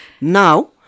Now